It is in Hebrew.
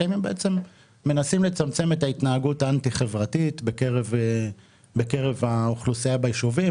מנסים לצמצם את ההתנהגות האנטי חברתית בקרב האוכלוסייה ביישובים,